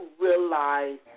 realize